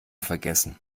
vergessen